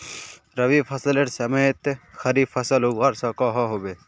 रवि फसलेर समयेत खरीफ फसल उगवार सकोहो होबे?